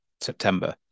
September